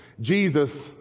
Jesus